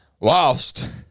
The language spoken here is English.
lost